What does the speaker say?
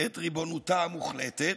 את ריבונותה המוחלטת,